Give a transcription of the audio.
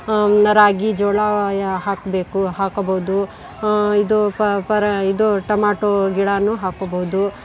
ರಾಗಿ ಜೋಳ ಹಾಕಬೇಕು ಹಾಕಬೌದು ಇದು ಪ ಪರ ಇದು ಟಮಾಟೋ ಗಿಡನೂ ಹಾಕಬೌದು